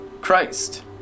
Christ